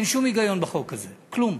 אין שום היגיון בחוק הזה, כלום.